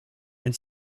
and